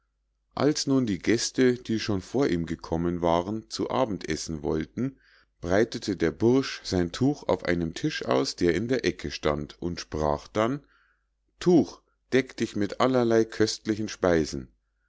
als nun die gäste die schon vor ihm gekommen waren zu abend essen wollten breitete der bursch sein tuch auf einem tisch aus der in der ecke stand und sprach dann tuch deck dich mit allerlei köstlichen speisen